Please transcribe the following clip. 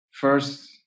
first